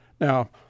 Now